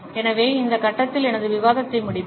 எனவே இந்த கட்டத்தில் எனது விவாதத்தை முடிப்பேன்